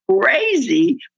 crazy